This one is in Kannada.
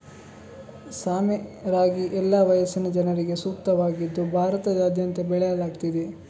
ಸಾಮೆ ರಾಗಿ ಎಲ್ಲಾ ವಯಸ್ಸಿನ ಜನರಿಗೆ ಸೂಕ್ತವಾಗಿದ್ದು ಭಾರತದಾದ್ಯಂತ ಬೆಳೆಯಲಾಗ್ತಿದೆ